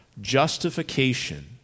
justification